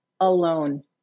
alone